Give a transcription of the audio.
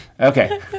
Okay